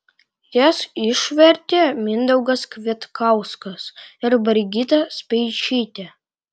jas išvertė mindaugas kvietkauskas ir brigita speičytė